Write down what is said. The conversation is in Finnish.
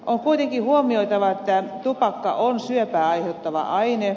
on kuitenkin huomioitava että tupakka on syöpää aiheuttava aine